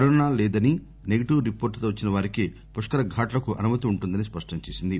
corona లేదని negative రిపోర్టుతో వచ్చిన వారికే పుష్కరఘాట్లకు అనుమతి ఉంటుందని స్పష్టం చేసింది